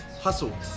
Hustle